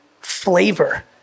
flavor